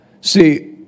See